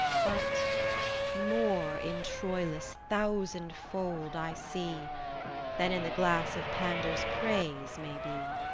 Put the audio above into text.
but more in troilus thousand-fold i see than in the glass of pandar's praise may be,